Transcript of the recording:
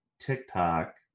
TikTok